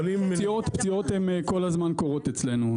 פציעות כל הזמן קורות אצלנו.